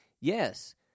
Yes